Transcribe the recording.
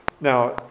Now